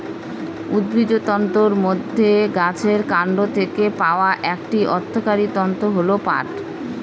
উদ্ভিজ্জ তন্তুর মধ্যে গাছের কান্ড থেকে পাওয়া একটি অর্থকরী তন্তু হল পাট